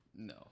No